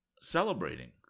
celebrating